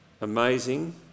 amazing